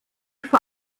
vor